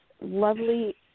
lovely